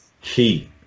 Key